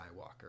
Skywalker